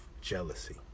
jealousy